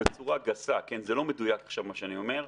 בצורה גסה, זה לא מדויק עכשיו מה שאני אומר,